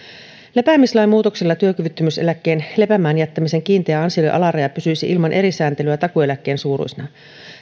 lepäämislain muutoksilla työkyvyttömyyseläkkeen lepäämään jättämisen kiinteän ansion alaraja pysyisi ilman eri sääntelyä takuueläkkeen suuruisena